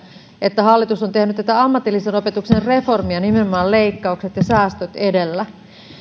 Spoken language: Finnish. että hallitus on tehnyt tätä ammatillisen opetuksen reformia nimenomaan leikkaukset ja säästöt edellä